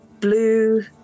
blue